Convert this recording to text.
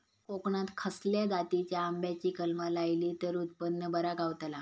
कोकणात खसल्या जातीच्या आंब्याची कलमा लायली तर उत्पन बरा गावताला?